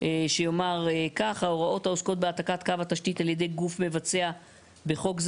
שיאמר כך "ההוראות העוסקות בהעתקת קו השתית על ידי גוף מבצע בחוק זה